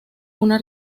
una